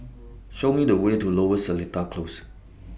Show Me The Way to Lower Seletar Close